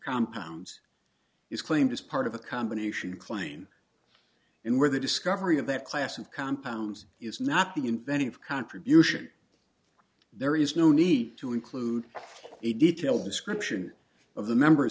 compounds is claimed as part of a combination claim and where the discovery of that class of compounds is not the inventive contribution there is no need to include a detailed description of the members